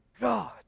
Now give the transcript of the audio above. God